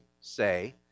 say